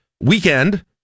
weekend